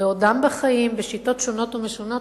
בעודם בחיים בשיטות שונות ומשונות,